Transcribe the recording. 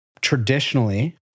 traditionally